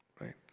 right